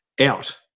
out